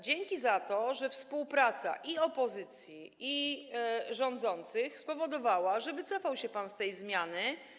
Dzięki za to, że współpraca i opozycji, i rządzących spowodowała, że wycofał się pan z tej zmiany.